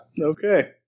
Okay